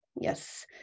Yes